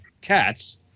cats